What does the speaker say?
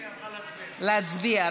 היא אמרה: להצביע.